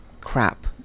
crap